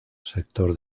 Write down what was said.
sector